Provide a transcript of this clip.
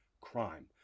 crime